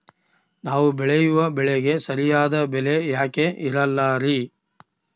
ನಾವು ಬೆಳೆಯುವ ಬೆಳೆಗೆ ಸರಿಯಾದ ಬೆಲೆ ಯಾಕೆ ಇರಲ್ಲಾರಿ?